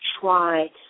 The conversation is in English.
try